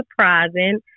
surprising